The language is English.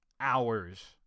hours